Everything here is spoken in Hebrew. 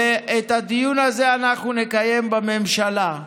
ואת הדיון הזה אנחנו נקיים בממשלה.